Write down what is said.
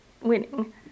winning